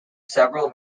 several